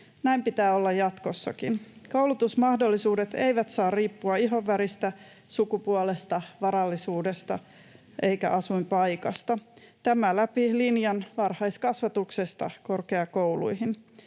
Näin pitää olla jatkossakin. Koulutusmahdollisuudet eivät saa riippua ihonväristä, sukupuolesta, varallisuudesta eikä asuinpaikasta — tämä läpi linjan varhaiskasvatuksesta korkeakouluihin.